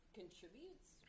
contributes